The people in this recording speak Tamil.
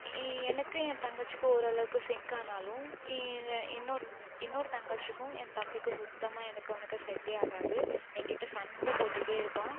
எனக்கும் என் தங்கச்சிக்கும் ஓரளவுக்கு சிங்க் ஆனாலும் என்னோடய என்னோடய தங்கச்சிக்கும் என் தம்பிக்கும் சுத்தமாக எனக்கும் அவனுக்கும் செட்டே ஆகாது எங்கிட்டே சண்டை போட்டுகிட்டே இருப்பான்